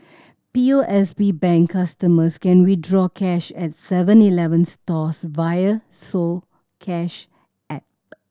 P O S B Bank customers can withdraw cash at Seven Eleven stores via soCash app